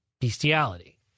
bestiality